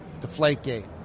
Deflategate